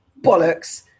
bollocks